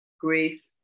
grief